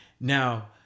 Now